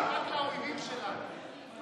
אויבים שלנו.